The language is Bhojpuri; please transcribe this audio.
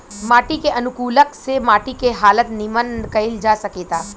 माटी के अनुकूलक से माटी के हालत निमन कईल जा सकेता